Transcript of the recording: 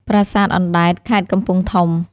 ប្រាសាទអណ្តែត (ខេត្តកំពង់ធំ)។